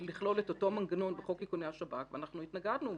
לכלול את אותו מנגנון גם בחוק איכוני השב"כ ואנחנו התנגדנו.